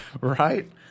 right